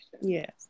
Yes